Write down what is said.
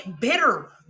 bitter